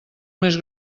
més